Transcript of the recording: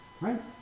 Right